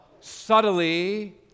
subtly